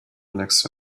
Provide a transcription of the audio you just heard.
next